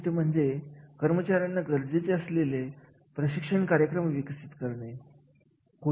म्हणजे एखादा कर्मचारी कोणत्या कारणासाठी एखाद्या विशिष्ट कार्य पार पाडत असतो